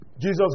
Jesus